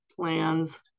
plans